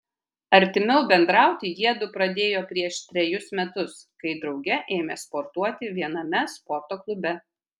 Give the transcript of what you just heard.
artimiau bendrauti jiedu pradėjo prieš trejus metus kai drauge ėmė sportuoti viename sporto klube